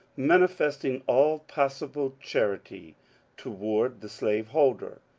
manifesting all possible charity toward the slave holder,